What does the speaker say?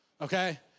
okay